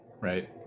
right